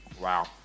wow